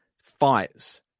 fights